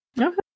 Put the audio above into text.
Okay